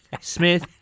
Smith